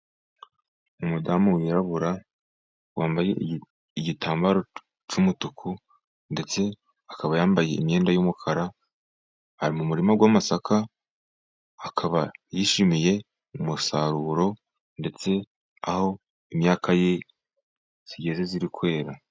Umudamu wirabura wambaye igitambaro cy'umutuku, ndetse akaba yambaye imyenda y'umukara. Ari mu murima w'amasaka akaba yishimiye umusaruro, ndetse aho imyaka ye igeze iri kwera.